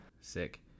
sick